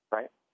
right